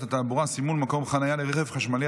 התעבורה (סימון מקום חנייה לרכב חשמלי),